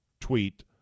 tweet